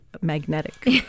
magnetic